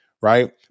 right